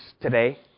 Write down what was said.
today